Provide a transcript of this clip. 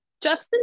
Justin